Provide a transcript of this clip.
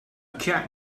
cat